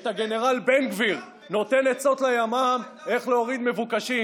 את הגנרל בן גביר נותן עצות לימ"מ איך להוריד מבוקשים,